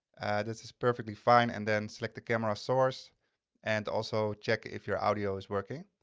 this is perfectly fine. and then select the camera source and also check if your audio is working.